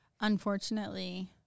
unfortunately